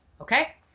Okay